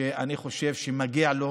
שאני חושב שמגיע לו,